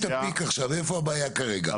איפה הבעיה כרגע?